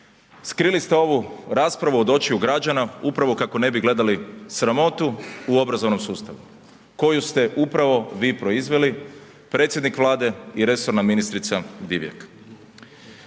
Skrili ste ovu raspravu od očiju građana upravo kako ne bi gledali sramotu u obrazovnom sustavu koju ste upravo vi proizveli, predsjednik Vlade i resorna ministrica Divjak.